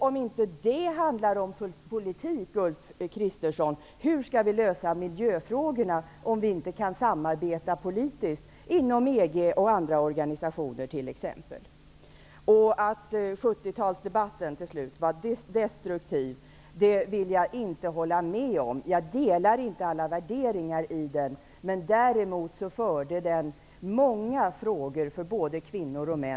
Om inte det handlar om politik, om vi inte kan samarbeta politiskt, t.ex. inom EG och andra organisationer, Ulf Kristersson, hur skall vi då lösa miljöfrågorna? Jag vill inte hålla med om att 70-talsdebatten var destruktiv. Jag delar inte alla värderingar i den, men den förde många frågor framåt för både kvinnor och män.